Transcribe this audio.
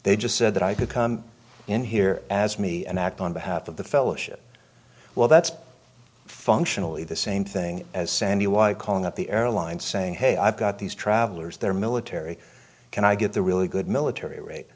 they just said that i could come in here as me and act on behalf of the fellowship well that's functionally the same thing as sandy calling up the airlines saying hey i've got these travelers they're military can i get the really good military rate